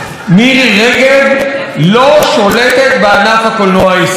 מירי רגב לא שולטת בענף הקולנוע הישראלי,